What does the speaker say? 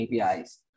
APIs